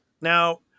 now